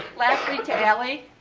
lastly to ellie,